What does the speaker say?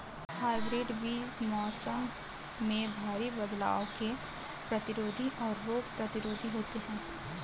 hybrid बीज मौसम में भारी बदलाव के प्रतिरोधी और रोग प्रतिरोधी होते हैं